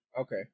Okay